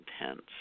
intense